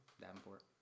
Davenport